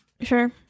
sure